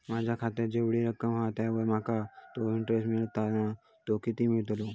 माझ्या खात्यात जेवढी रक्कम हा त्यावर माका तो इंटरेस्ट मिळता ना तो किती मिळतलो?